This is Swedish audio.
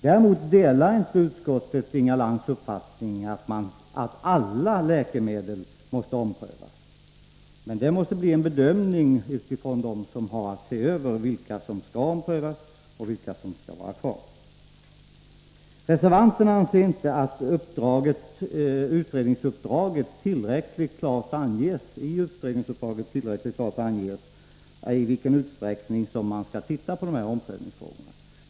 Utskottet delar inte Inga Lantz uppfattning att alla läkemedel måste omprövas. Den bedömningen måste göras av dem som har att se över vilka läkemedel som skall omprövas och vilka som skall vara kvar. Reservanten anser inte att det i direktiven för utredningsuppdraget tillräckligt klart anges i vilken utsträckning som kommittén skall titta på de här omprövningsfrågorna.